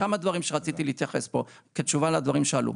כמה דברים שרציתי להתייחס פה כתשובה לדברים שעלו.